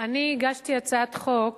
אני הגשתי הצעת חוק